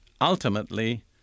Ultimately